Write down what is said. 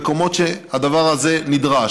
במקומות שבהם הדבר הזה נדרש.